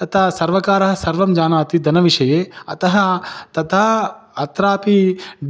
तदा सर्वकारः सर्वं जानाति धनविषये अतः तदा अत्रापि